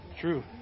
True